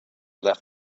left